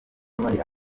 ibaruwa